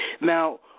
Now